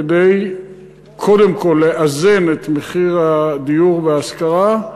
כדי קודם כול לאזן את מחיר הדיור וההשכרה,